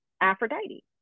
Aphrodite